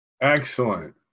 Excellent